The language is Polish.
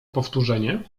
powtórzenie